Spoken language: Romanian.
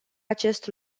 acest